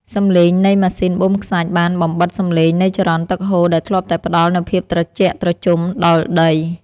សំឡេងនៃម៉ាស៊ីនបូមខ្សាច់បានបំបិទសំឡេងនៃចរន្តទឹកហូរដែលធ្លាប់តែផ្តល់នូវភាពត្រជាក់ត្រជុំដល់ដី។